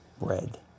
bread